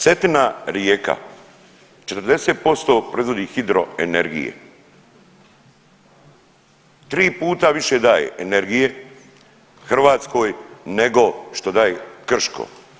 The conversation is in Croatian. Cetina rijeka, 40% proizvodi hidroenergije, tri puta više daje energije Hrvatskoj nego što daje Krško.